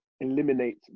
eliminate